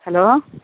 hello